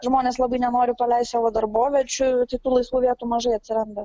žmonės labai nenori paleisti savo darboviečių kitų laisvų vietų mažai atsiranda